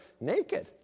naked